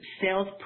sales